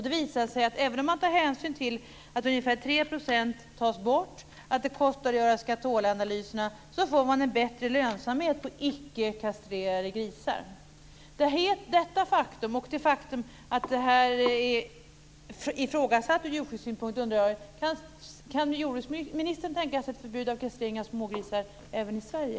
Det visar sig att även om man tar hänsyn till att ungefär 3 % tas bort och att det kostar att göra skatolanalyserna så får man en bättre lönsamhet på icke kastrerade grisar. Jag undrar om detta faktum och det faktum att detta är ifrågsatt ur djurskyddssynpunkt gör att jordbruksministern kan tänka sig ett förbud mot kastrering av smågrisar även i Sverige?